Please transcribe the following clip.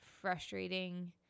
frustrating